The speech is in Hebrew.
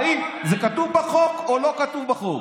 האם זה כתוב בחוק או לא כתוב בחוק?